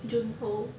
jun ho